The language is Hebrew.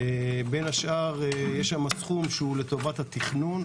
בין השאר יש שם סכום שהוא לטובת התכנון.